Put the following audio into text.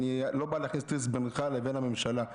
אני לא בא להכניס טריז בינך לבין הממשלה.